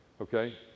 okay